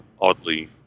oddly